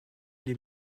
les